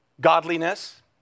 Godliness